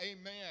amen